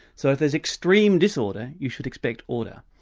so if there's extreme disorder, you should expect order.